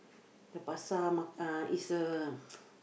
the pasar-malam is a